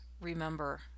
remember